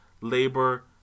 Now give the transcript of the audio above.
labor